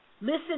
Listen